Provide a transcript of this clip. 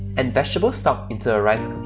and vegetable stock into a rice